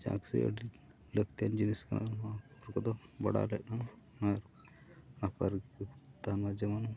ᱡᱟᱠ ᱥᱮ ᱟᱹᱰᱤ ᱞᱟᱹᱠᱛᱤᱭᱟᱱ ᱡᱤᱱᱤᱥ ᱠᱟᱱᱟ ᱱᱚᱣᱟ ᱠᱚᱫᱚ ᱵᱟᱲᱟᱭ ᱞᱮᱜ ᱠᱟᱱᱟ ᱟᱨ ᱡᱮᱢᱚᱱ